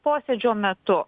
posėdžio metu